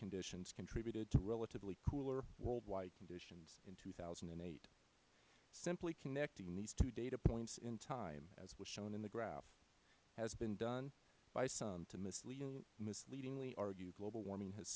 conditions contributed to relatively cooler worldwide conditions in two thousand and eight simply connecting these two data points in time as was shown in the graph has been done by some to misleadingly argue global warming has